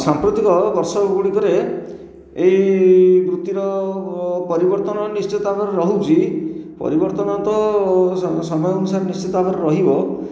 ସାମ୍ପ୍ରତିକ ବର୍ଷକ ଗୁଡ଼ିକରେ ଏହି ବୃତ୍ତିର ପରିବର୍ତ୍ତନ ନିଶ୍ଚିତ ଭାବରେ ରହୁଛି ପରିବର୍ତ୍ତନ ତ ସମୟ ଅନୁସାରେ ନିଶ୍ଚିତ ଭାବରେ ରହିବ